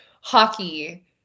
hockey